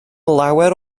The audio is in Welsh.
lawer